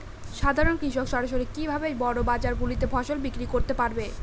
সাধারন কৃষক সরাসরি কি ভাবে বড় বাজার গুলিতে ফসল বিক্রয় করতে পারে?